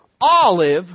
olive